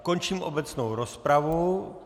Končím obecnou rozpravu.